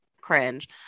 cringe